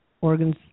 organs